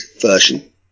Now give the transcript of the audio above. version